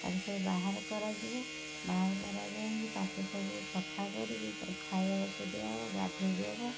ତାକୁ ସବୁ ବାହାର କରାଯିବ ବାହାର କରାଯାଇକି ତାକୁ ସବୁ ସଫାକରିକି ତାକୁ ଖାଇବାକୁ ଦିଆହବ ଗାଧୋଇ ଦେବ